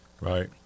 Right